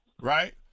right